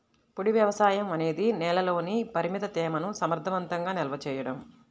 పొడి వ్యవసాయం అనేది నేలలోని పరిమిత తేమను సమర్థవంతంగా నిల్వ చేయడం